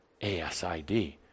ASID